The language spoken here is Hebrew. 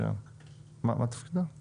את